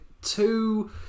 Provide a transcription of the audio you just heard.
two